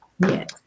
Yes